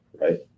right